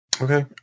Okay